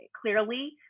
clearly